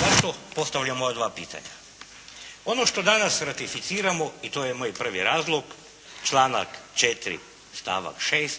Zašto postavljam ova dva pitanja? Ono što danas ratificiramo, i to je moj prvi razlog, članak 4. stavak 6.